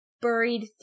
buried